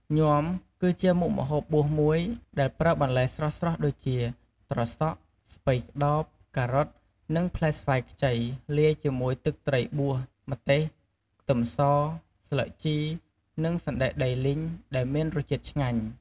ញាំគឺជាមុខម្ហូបបួសមួយ ដែលប្រើបន្លែស្រស់ៗដូចជា ត្រសក់ ស្ពៃក្ដោប ការ៉ុត និងផ្លែស្វាយខ្ចី លាយជាមួយទឹកត្រីបួស ម្ទេស ខ្ទឹមស ស្លឹកជី និងសណ្ដែកដីលីង ដែលមានរសជាតិឆ្ងាញ់ ។